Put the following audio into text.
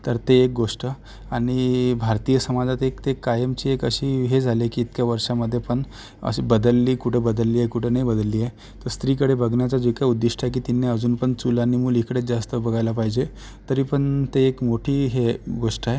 तर ते एक गोष्ट आणि भारतीय समाजात एक ते कायमची एक अशी हे झाली की इतक्या वर्षांमध्ये पण अशी बदलली कुठं बदलली आहे कुठं नाही बदलली आहे त स्त्रीकडे बघण्याचा जे काही उद्दिष्ट आहे की त्यांनी अजून पण चूल आणि मूल इकडे जास्त बघायला पाहिजे तरी पण ते एक मोठी हे आहे गोष्ट आहे